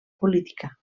política